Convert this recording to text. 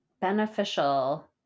beneficial